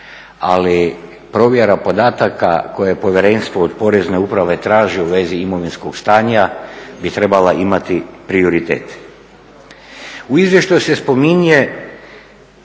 ali provjera podataka koju povjerenstvo od Porezne uprave traži u vezi imovinskog stanja bi trebala imati prioritet. U izvješću se spominje,